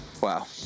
Wow